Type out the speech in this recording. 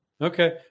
Okay